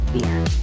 beer